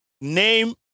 Name